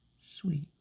Sweet